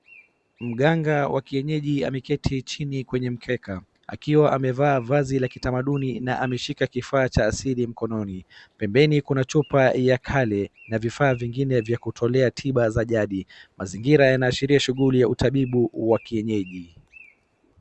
Mganga wa kienyeji ameketi chini kwenye mkeka akiwa amevaa vazi la kitamaduni na ameshika kifaa cha asili mkononi. Pembeni kuna chupa ya kale na vifaa vingine vya kutolea tiba za jadi. Mazingira yanaashiria shughuli ya utabibu wa kienyeji.